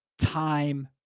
Time